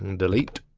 and delete.